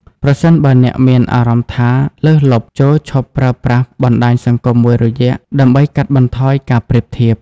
ប្រសិនបើអ្នកមានអារម្មណ៍ថាលើសលប់ ចូរឈប់ប្រើប្រាស់បណ្តាញសង្គមមួយរយៈ ដើម្បីកាត់បន្ថយការប្រៀបធៀប។